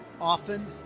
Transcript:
often